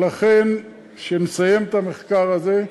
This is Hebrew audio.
לכן, כשנסיים את המחקר הזה,